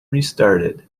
restarted